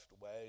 away